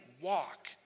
walk